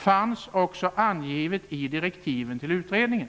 Det fanns också med i direktiven till utredningen.